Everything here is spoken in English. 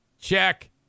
check